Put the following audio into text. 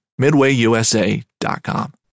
MidwayUSA.com